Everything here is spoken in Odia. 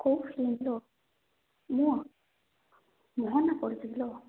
କୋଉ ଫିଲ୍ମ ଲୋ ମୁଁ କୁହନା କରୁଥିଲି ଲୋ